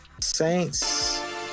Saints